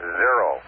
zero